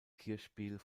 kirchspiel